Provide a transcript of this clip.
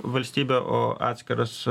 valstybę o atskiras